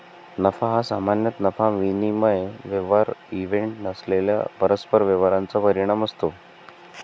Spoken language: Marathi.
नफा हा सामान्यतः नफा विनिमय व्यवहार इव्हेंट नसलेल्या परस्पर व्यवहारांचा परिणाम असतो